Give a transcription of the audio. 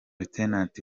laurent